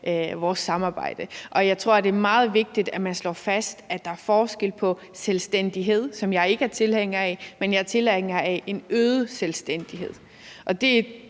vores samarbejde, og jeg tror, det er meget vigtigt, at man slår fast, at der er forskel på selvstændighed, som jeg ikke er tilhænger af, og så en øget selvstændighed, som jeg er